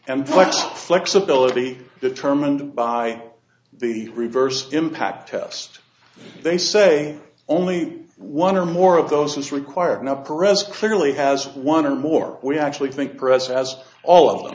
and flex flexibility determined by the reverse impact test they say only one or more of those is required up arrest clearly has one or more we actually think present as all of them